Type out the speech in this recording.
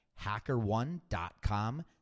hackerone.com